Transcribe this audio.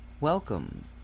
Welcome